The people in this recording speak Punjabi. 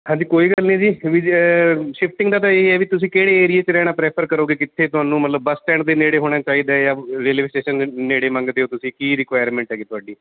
ਹਾਂਜੀ ਕੋਈ ਗੱਲ ਨਹੀਂ ਜੀ ਵਿਜ ਸ਼ਿਫਟਿੰਗ ਦਾ ਤਾਂ ਇਹ ਹੈ ਵੀ ਤੁਸੀਂ ਕਿਹੜੇ ਏਰੀਏ 'ਚ ਰਹਿਣਾ ਪਰੈਫਰ ਕਰੋਗੇ ਕਿੱਥੇ ਤੁਹਾਨੂੰ ਮਤਲਬ ਬੱਸ ਸਟੈਂਡ ਦੇ ਨੇੜੇ ਹੋਣਾ ਚਾਹੀਦਾ ਜਾਂ ਰੇਲਵੇ ਸਟੇਸ਼ਨ ਦੇ ਨੇੜੇ ਮੰਗਦੇ ਹੋ ਤੁਸੀਂ ਕੀ ਰਿਕੁਆਇਰਮੈਂਟ ਹੈਗੀ ਤੁਹਾਡੀ